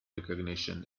recognition